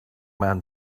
man